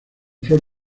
flor